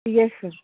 yes sir